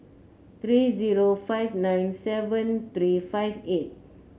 three zero five nine seven three five eight